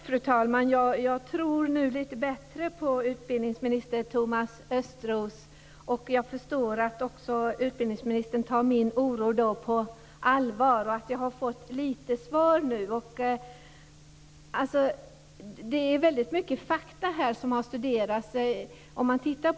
Fru talman! Jag tror nu lite bättre på utbildningsminister Thomas Östros, och jag förstår att också utbildningsministern tar min oro på allvar. Jag har fått lite svar nu. Det är väldigt mycket fakta som har studerats här.